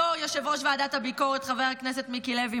לא יושב-ראש ועדת הביקורת חבר הכנסת מיקי לוי,